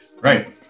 Right